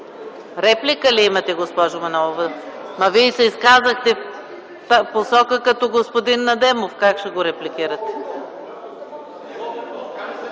Реплика ли имате, госпожо Манолова? Вие се изказахте в посока като господин Адемов. Как ще го репликирате?